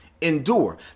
endure